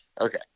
Okay